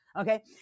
okay